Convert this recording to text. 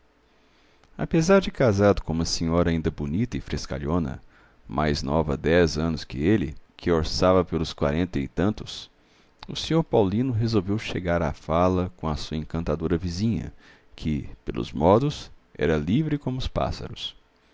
apesar de casado com uma senhora ainda bonita e frescalhona mais nova dez anos que ele que orçava pelos quarenta e tantos o sr paulino resolveu chegar à fala com a sua encantadora vizinha que pelos modos era livre como os pássaros